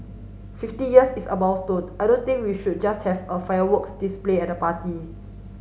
fifty years is a milestone I don't think we should just have a fireworks display and a party